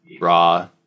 raw